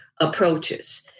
approaches